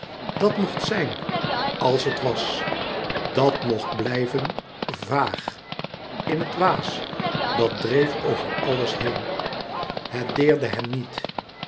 dat mocht zijn als het was dat mocht blijven vaag in het waas dat dreef over alles heen het deerde hem niet